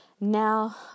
Now